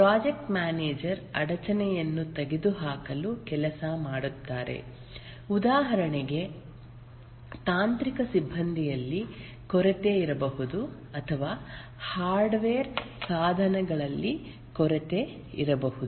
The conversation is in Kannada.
ಪ್ರಾಜೆಕ್ಟ್ ಮ್ಯಾನೇಜರ್ ಅಡಚಣೆಯನ್ನು ತೆಗೆದುಹಾಕಲು ಕೆಲಸ ಮಾಡುತ್ತಾರೆ ಉದಾಹರಣೆಗೆ ತಾಂತ್ರಿಕ ಸಿಬ್ಬಂದಿಯಲ್ಲಿ ಕೊರತೆ ಇರಬಹುದು ಅಥವಾ ಹಾರ್ಡ್ವೇರ್ ಸಾಧನಗಳಲ್ಲಿ ಕೊರತೆಯಿರಬಹುದು